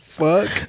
fuck